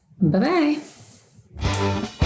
Bye-bye